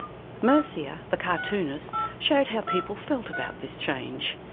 mercier, the cartoonist, showed how people felt about this change.